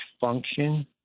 function